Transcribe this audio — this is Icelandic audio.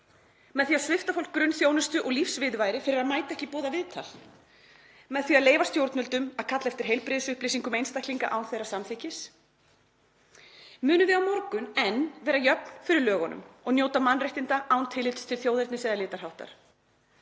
með því að svipta fólk grunnþjónustu og lífsviðurværi fyrir að mæta ekki í boðað viðtal, með því að leyfa stjórnvöldum að kalla eftir heilbrigðisupplýsingum einstaklinga án þeirra samþykkis? Munum við á morgun enn vera jöfn fyrir lögum og njóta mannréttinda án tillits til þjóðernis eða litarháttar?